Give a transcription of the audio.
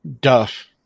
duff